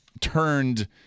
turned –